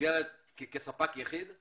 כספק יחיד?